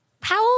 Powell